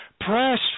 Press